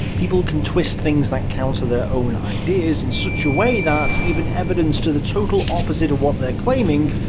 people can twist things that counter their own ideas in such a way that, even evidence to the total opposite of what they're claiming,